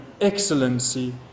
excellency